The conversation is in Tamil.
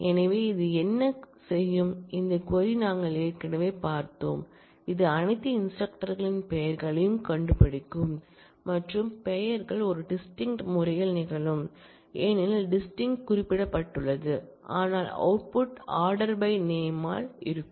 எனவே இது என்ன செய்யும் இந்த க்வரி நாங்கள் ஏற்கனவே பார்த்தோம் இது அனைத்து இன்ஸ்டிரக்டர்களின் பெயர்களையும் கண்டுபிடிக்கும் மற்றும் பெயர்கள் ஒரு டிஸ்டின்க்ட முறையில் நிகழும் ஏனெனில் டிஸ்டின்க்ட குறிப்பிடப்பட்டுள்ளது ஆனால் அவுட்புட் ஆர்டர் பை நேமால் இருக்கும்